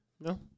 no